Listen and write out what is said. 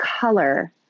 color